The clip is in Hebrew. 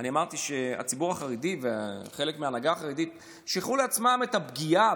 שהציבור החרדי וחלק מההנהגה החרדית שייכו לעצמם את ה"פגיעה"